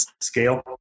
scale